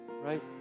Right